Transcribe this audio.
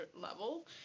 level